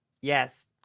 Yes